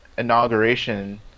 inauguration